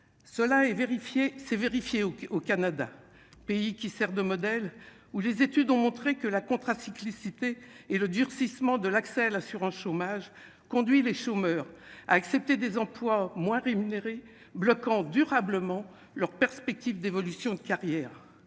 c'est vérifié au Canada, pays qui sert de modèle ou les études ont montré que la contrainte cyclicité et le durcissement de l'accès à l'assurance chômage conduit les chômeurs à accepter des emplois moins rémunérés bloquant durablement leurs perspectives d'évolution de carrière,